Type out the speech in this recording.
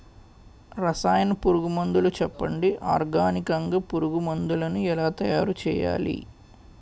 రసాయన పురుగు మందులు చెప్పండి? ఆర్గనికంగ పురుగు మందులను ఎలా తయారు చేయాలి?